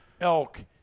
elk